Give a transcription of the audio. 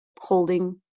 holding